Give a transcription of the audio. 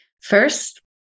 first